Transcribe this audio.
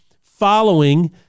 following